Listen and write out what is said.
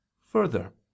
Further